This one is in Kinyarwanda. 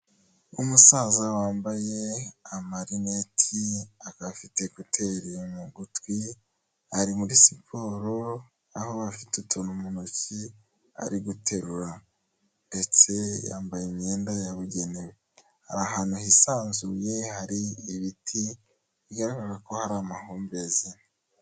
Umusaza wambaye amarineti akaba afite ekuteri mu gutwi ari muri siporo aho afite utuntu mu ntoki ari guterura ,ndetse yambaye imyenda yabugenewe ari ahantu hisanzuye hari ibiti bigaragara ko hari amahumbezi.